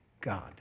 God